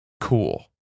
cool